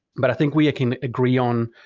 but i think we can agree on,